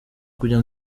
kujya